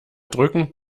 drücken